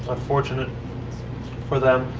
unfortunate for them,